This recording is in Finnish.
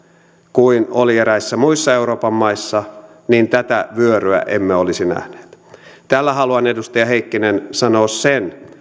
kuin ne olivat eräissä muissa euroopan maissa niin tätä vyöryä emme olisi nähneet tällä haluan edustaja heikkinen sanoa sen